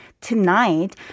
tonight